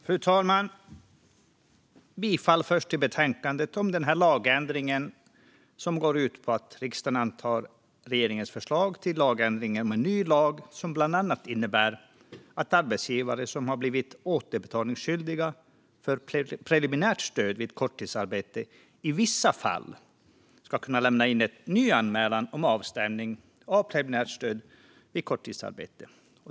Fru talman! Jag yrkar bifall till utskottets förslag i betänkandet om den lagändring som går ut på att riksdagen antar regeringens förslag till lagändringar och en ny lag som bland annat innebär att arbetsgivare som har blivit återbetalningsskyldiga för preliminärt stöd vid korttidsarbete i vissa fall ska kunna lämna in en ny anmälan om avstämning av preliminärt stöd vid korttidsarbete.